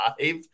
five